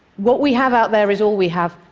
what we have out there is all we have.